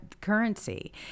currency